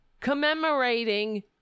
commemorating